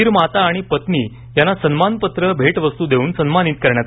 वीर माता आणि पत्नी यांना सन्मानपत्र भेटवस्तू देऊन सन्मानित करण्यात आलं